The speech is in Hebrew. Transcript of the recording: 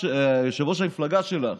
יושב-ראש המפלגה שלך,